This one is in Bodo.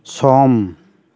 सम